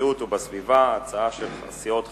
בבריאות ובסביבה, הצעה של סיעות חד"ש,